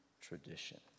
tradition